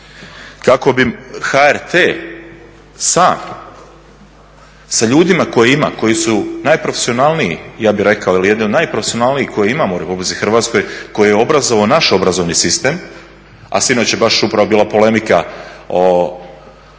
kako bi HRT sam sa ljudima koje ima, koji su najprofesionalniji, ja bih rekao ili jedni od najprofesionalnijih koje imamo u Republici Hrvatskoj koje je obrazovao naš obrazovni sistem. A sinoć je baš upravo bila polemika o fakultetima